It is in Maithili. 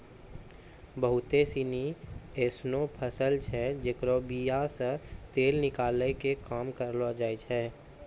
बहुते सिनी एसनो फसल छै जेकरो बीया से तेल निकालै के काम करलो जाय छै